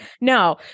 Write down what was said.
no